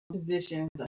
Positions